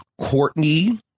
Courtney